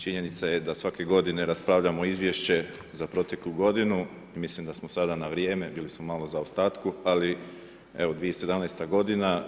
Činjenica je da svake godine raspravljamo izvješće za proteklu godinu i mislim da smo sada na vrijeme, bili smo malo u zaostatku, ali evo, 2017. godina.